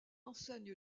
enseigne